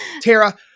Tara